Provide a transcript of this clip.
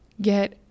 get